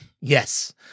Yes